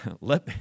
let